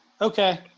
okay